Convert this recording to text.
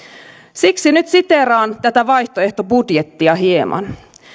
siksi nyt siteeraan tätä vaihtoehtobudjettia hieman